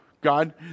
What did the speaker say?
God